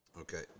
Okay